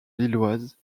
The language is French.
lilloise